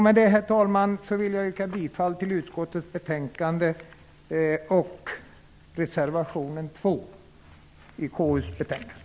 Med detta vill jag yrka bifall till reservation 2 och i övrigt till hemställan i utskottets betänkande.